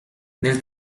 nel